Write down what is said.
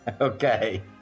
okay